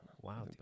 Wow